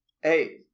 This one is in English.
hey